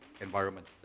Environment